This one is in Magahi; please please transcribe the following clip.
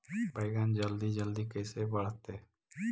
बैगन जल्दी जल्दी कैसे बढ़तै?